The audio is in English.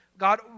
God